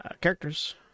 Characters